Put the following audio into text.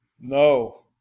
no